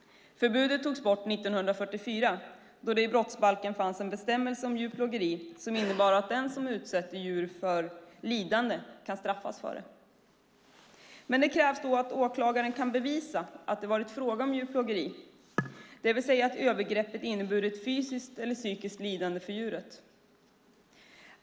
Förbudet togs bort 1944, då det i brottsbalken finns en bestämmelse om djurplågeri som innebär att den som utsätter djur för lidande kan straffas för det. Men det krävs då att åklagare kan bevisa att det varit fråga om djurplågeri, det vill säga att övergreppet inneburit fysiskt eller psykiskt lidande för djuret.